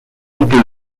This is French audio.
unique